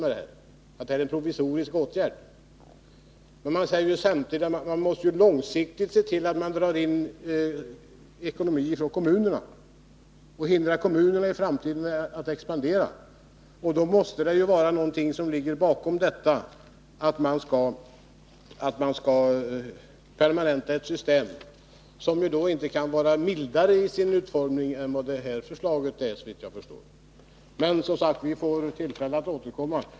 Man säger ju samtidigt att man måste långsiktigt se till att dra in resurser från kommunerna och hindra deras verksamhet från att expandera i framtiden. Bakom det måste då ligga tanken att man skall permanenta ett system som såvitt jag förstår inte kan vara mildare i sin utformning än det nu föreliggande förslaget. Men, som sagt, vi får tillfälle att återkomma.